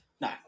no